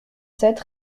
sept